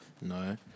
no